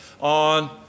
on